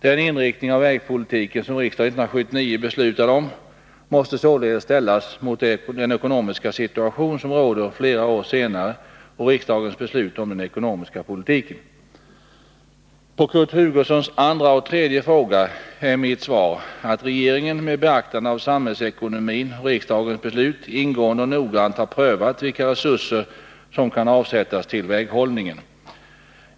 Den inriktning av vägpolitiken som riksdagen 1979 beslutade om måste således ställas mot den ekonomiska situation som råder flera år senare och riksdagens beslut om den ekonomiska politiken. På Kurt Hugossons andra och tredje fråga är mitt svar att regeringen — med beaktande av samhällsekonomin och riksdagens beslut — ingående och noggrant har prövat vilka resurser som kan avsättas till väghållningen.